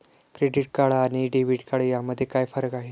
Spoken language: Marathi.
क्रेडिट कार्ड आणि डेबिट कार्ड यामध्ये काय फरक आहे?